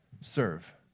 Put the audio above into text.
Serve